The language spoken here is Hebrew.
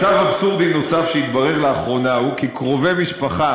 מצב אבסורדי נוסף שהתברר לאחרונה הוא שקרובי משפחה